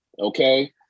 Okay